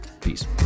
Peace